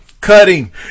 Cutting